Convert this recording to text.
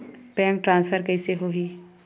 Bank transfer कइसे होही?